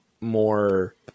more